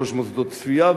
ראש מוסדות "צביה",